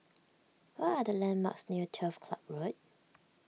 what are the landmarks near Turf Club Road